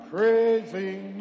Praising